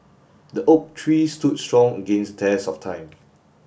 the oak tree stood strong against test of time